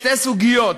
שתי הסוגיות